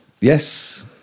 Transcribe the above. yes